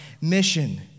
mission